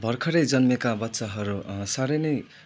भरखरै जन्मिएका बच्चाहरू सारै नै